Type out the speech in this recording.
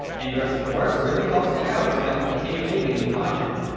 and your support really helps me out so i can continue making new content.